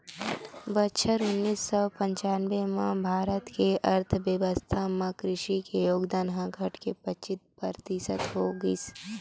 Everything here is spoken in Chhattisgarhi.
बछर उन्नीस सौ पंचानबे म भारत के अर्थबेवस्था म कृषि के योगदान ह घटके पचीस परतिसत हो गिस